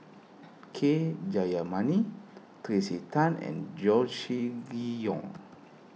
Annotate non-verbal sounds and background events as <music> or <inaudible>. K Jayamani Tracey Tan and <unintelligible> Yong